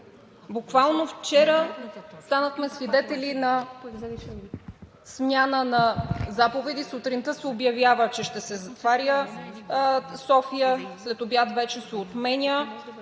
буквално вчера станахме свидетели на смяна на заповеди. Сутринта се обявява, че ще се затваря София, след обяд вече се отменя,